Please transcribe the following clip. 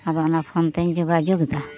ᱟᱫᱚ ᱚᱱᱟ ᱯᱷᱳᱱ ᱛᱮᱧ ᱡᱳᱜᱟᱡᱳᱜᱽ ᱮᱫᱟ